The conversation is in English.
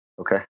Okay